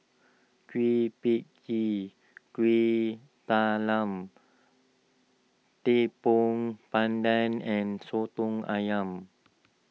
Kueh Pie Tee Kueh Talam Tepong Pandan and Soto Ayam